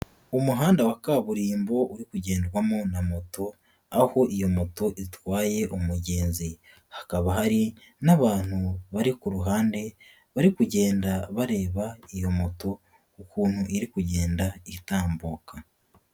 Umuhanda wa kaburimbo uri kugendwamo na moto, aho iyo moto itwaye umugenzi, hakaba hari n'abantu bari ku ruhande bari kugenda bareba iyo moto ukuntu iri kugenda itambuka.